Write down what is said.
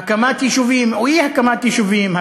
הקמת יישובים או אי-הקמת יישובים,